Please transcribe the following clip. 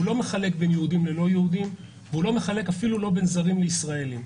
לא מחלק בין יהודים ללא יהודים והוא לא מחלק אפילו בין זרים לישראלים.